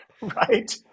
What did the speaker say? Right